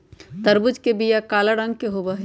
तरबूज के बीचा काला रंग के होबा हई